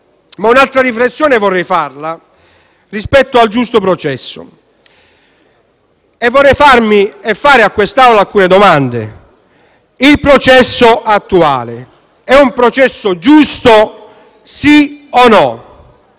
Un'altra riflessione vorrei farla rispetto al giusto processo e vorrei farmi e fare a questa Assemblea alcune domande: il processo attuale è un processo giusto, sì o no?